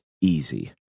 easy